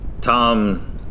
Tom